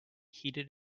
heated